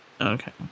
Okay